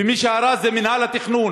מי שהרס זה מינהל התכנון,